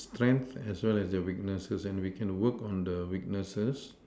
strength as well as their weaknesses and we can work on the weaknesses